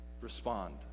respond